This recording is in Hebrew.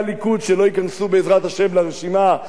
לרשימה שנתניהו יכין,